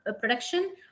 production